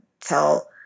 tell